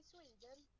Sweden